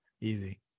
Easy